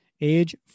Age